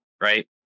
right